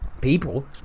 people